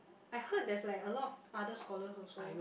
I heard there's like a lot of other scholars also